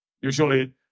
Usually